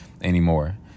anymore